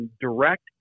direct